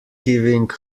giving